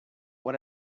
what